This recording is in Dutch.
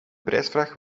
prijsvraag